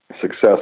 success